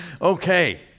Okay